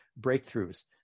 breakthroughs